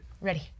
Ready